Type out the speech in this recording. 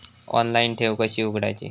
Online ठेव कशी उघडायची?